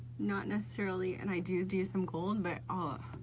not necessarily, and i do do you some gold but ah